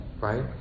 right